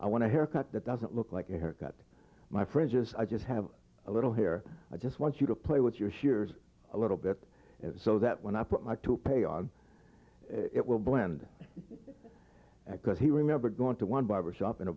i want to haircut that doesn't look like a haircut my friend just i just have a little here i just want you to play with your here's a little bit so that when i put my to pay on it will blend because he remembered going to one barber shop in a